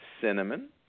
cinnamon